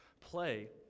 Play